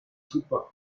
super